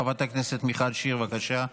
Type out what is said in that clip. חברת הכנסת מיכל שיר, בבקשה.